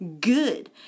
good